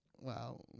Wow